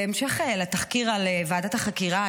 בהמשך לתחקיר על ועדת החקירה,